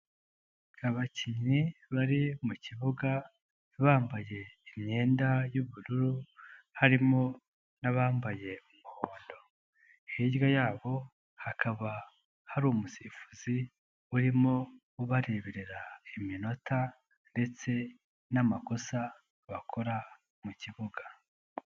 Abakinnyi bari mu kibuga bambaye imyenda y'ubururu harimo n'abambaye umuhondo, hirya yabo hakaba hari umusifuzi urimo ubareberera iminota ndetse n'amakosa bakora mu kibuga.